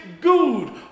good